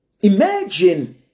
Imagine